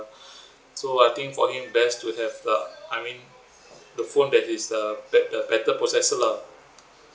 so I think for him best to have the I mean the phone that is uh better better processor lah